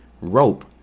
rope